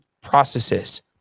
processes